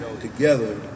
together